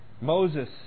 Moses